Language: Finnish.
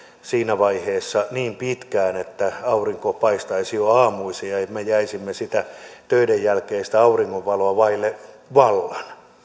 siinä vaiheessa niin pitkään että aurinko paistaisi jo aamuisin ja me jäisimme sitä töiden jälkeistä auringonvaloa vaille vallan